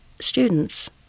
students